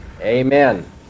Amen